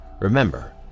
Remember